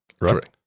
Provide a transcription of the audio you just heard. right